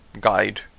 guide